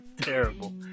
Terrible